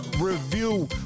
review